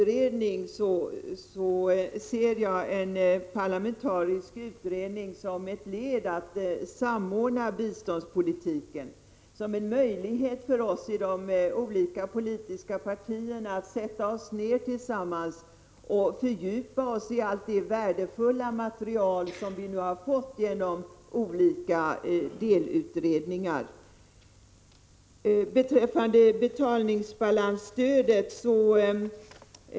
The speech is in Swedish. En parlamentarisk utredning ser jag som ett led att samordna biståndspolitiken, som en möjlighet för oss i de olika politiska partierna att sätta oss ner tillsammans och fördjupa oss i allt det värdefulla material som vi har fått genom olika delutredningar. Sedan till betalningsbalansstödet.